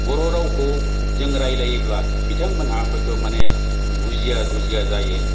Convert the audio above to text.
बर' रावखौ जों रायज्लायोब्ला बिथांमोनहा हयथ' माने बुजिया बुजिया जायो